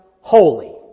holy